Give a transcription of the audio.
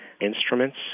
instruments